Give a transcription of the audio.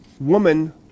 woman